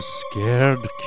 scared